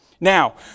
Now